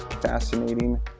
fascinating